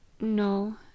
No